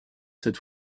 cette